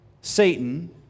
Satan